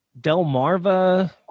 Delmarva